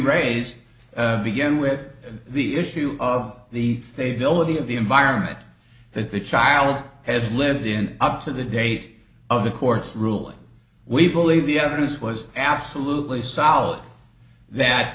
raised begin with the issue of the state bill of the of the environment that the child has lived in up to the date of the court's ruling we believe the evidence was absolutely solid that